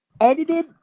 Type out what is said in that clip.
edited